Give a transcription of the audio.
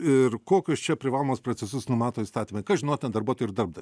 ir kokius čia privalomus procesus numato įstatymai kas žinotina darbuotojui ir darbdaviui